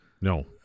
no